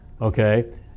Okay